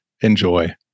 enjoy